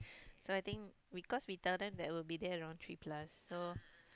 so I think because we tell them that we'll be there around three plus so